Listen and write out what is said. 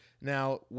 Now